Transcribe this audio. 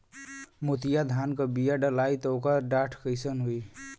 मोतिया धान क बिया डलाईत ओकर डाठ कइसन होइ?